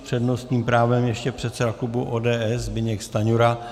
S přednostním právem ještě předseda klubu ODS Zbyněk Stanjura.